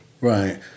Right